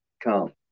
come